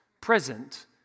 present